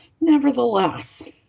Nevertheless